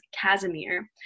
Casimir